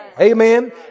amen